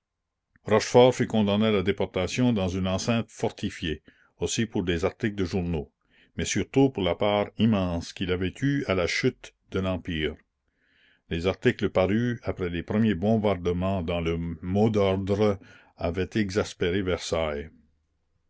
condamné à la déportation dans une enceinte fortifiée aussi pour des articles de journaux mais surtout pour la part immense qu'il avait eue à la chute de l'empire la commune les articles parus après les premiers bombardements dans le mot d'ordre avaient exaspéré versailles